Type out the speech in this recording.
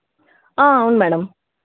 అవును మేడం